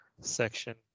section